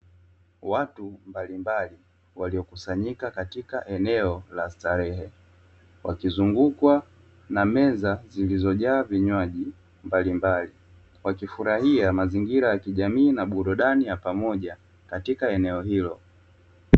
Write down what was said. Watu mbalimbali waliokusanyika eneo la starehe, wakizungukwa na meza zilizo jaa vinywaji mbalimbali, wakifurahia mazingira ya kijamii na burudani ya pamoja katika eneo hilo.